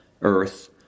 earth